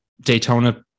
Daytona